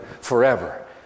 forever